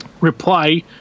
reply